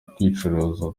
kwicuruza